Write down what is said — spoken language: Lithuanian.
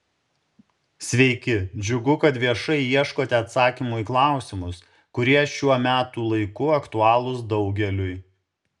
sveiki džiugu kad viešai ieškote atsakymų į klausimus kurie šiuo metų laiku aktualūs daugeliui